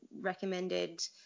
recommended